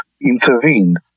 intervened